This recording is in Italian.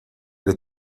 alle